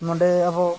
ᱱᱚᱰᱮ ᱟᱵᱚ